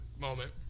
moment